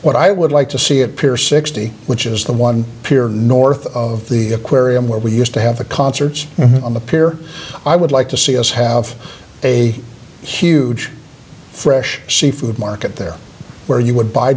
what i would like to see at pier sixty which is the one pier north of the queer where we used to have the concerts on the pier i would like to see us have a huge fresh seafood market there where you would buy